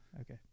Okay